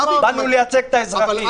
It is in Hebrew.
באנו לייצג את האזרחים.